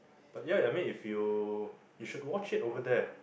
but ya I mean if you you should watch it over there